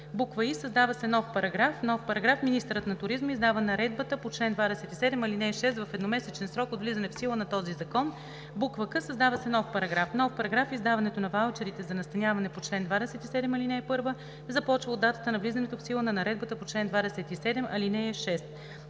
,,и) Създава се нов параграф: „§... Министърът на туризма издава наредбата по чл. 27, ал. 6 в едномесечен срок от влизане в сила на този закон, к) Създава се нов параграф: §... Издаването на ваучерите за настаняване по чл. 27, ал. 1 започва от датата на влизането в сила на наредбата по чл. 27, ал. 6.“